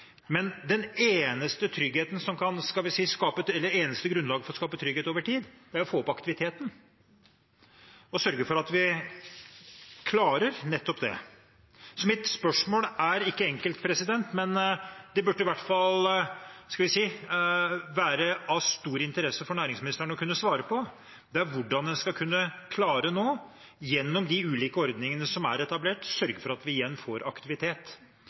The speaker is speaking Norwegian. Men det eneste grunnlaget for å skape trygghet over tid er å få opp aktiviteten og sørge for at vi klarer nettopp det. Mitt spørsmål er ikke enkelt, men det burde i hvert fall – skal vi si – være av stor interesse for næringsministeren å kunne svare på, nemlig hvordan man nå skal kunne klare, gjennom de ulike ordningene som er etablert, å sørge for at vi igjen får aktivitet.